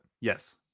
Yes